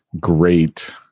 great